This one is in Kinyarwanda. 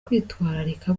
kwitwararika